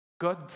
God